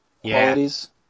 qualities